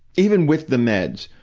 even with the meds,